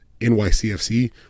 NYCFC